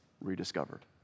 rediscovered